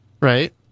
Right